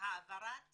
העברת